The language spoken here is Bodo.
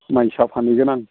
माइसा फानहैगोन आं